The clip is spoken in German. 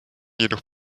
jedoch